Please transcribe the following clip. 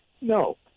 No